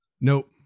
Nope